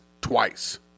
twice